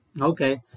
Okay